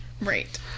Right